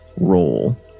roll